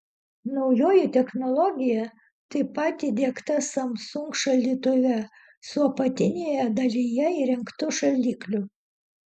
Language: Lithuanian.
naujoji technologija taip pat įdiegta samsung šaldytuve su apatinėje dalyje įrengtu šaldikliu